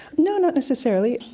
no, not necessarily.